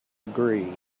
agree